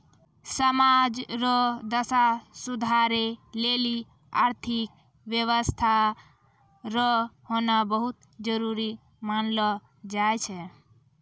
समाज रो दशा सुधारै लेली आर्थिक व्यवस्था रो होना बहुत जरूरी मानलौ जाय छै